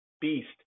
beast